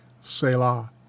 Selah